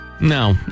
No